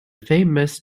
famous